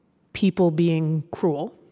people being cruel,